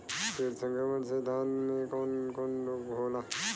कीट संक्रमण से धान में कवन कवन रोग होला?